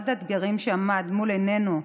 אחד האתגרים שעמד מול עינינו השנה,